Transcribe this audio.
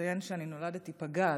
אציין שאני נולדתי פגה,